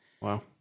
Wow